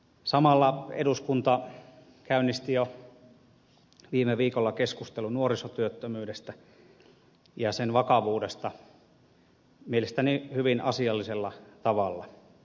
samalla eduskunta käynnisti jo viime viikolla keskustelun nuorisotyöttömyydestä ja sen vakavuudesta mielestäni hyvin asiallisella tavalla